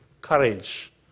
courage